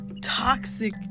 toxic